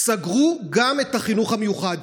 סגרו גם את החינוך המיוחד.